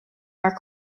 are